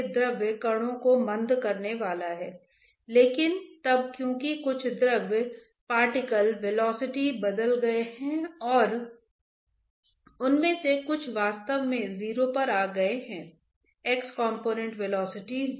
और यह दबाव बलों के बराबर होना चाहिए माइनस dp बटा dx प्लस शियर टर्म होगा यह mu into del square u plus जो भी बॉडी फोर्स होगा